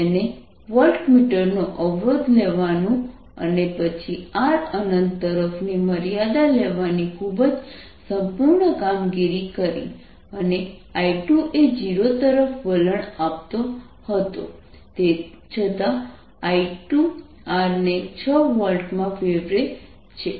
તેને વોલ્ટમીટર નો અવરોધ લેવાનું અને પછી R અનંત તરફ ની મર્યાદા લેવાની ખૂબ જ સંપૂર્ણ કામગીરી કરી અને I2 એ 0 તરફ વલણ આપતો હતો તેમ છતાં I2R ને 6 વોલ્ટમાં ફેરવે છે